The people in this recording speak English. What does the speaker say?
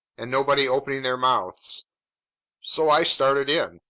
and nobody opening their mouths so i started in.